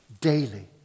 daily